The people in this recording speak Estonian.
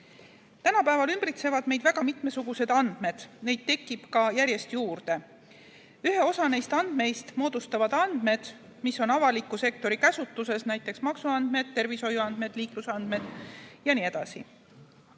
tausta. Tänapäeval ümbritsevad meid väga mitmesugused andmed, neid tekib järjest juurde. Ühe osa neist andmeist moodustavad andmed, mis on avaliku sektori käsutuses, näiteks maksuandmed, tervishoiuandmed, liiklusandmed jne.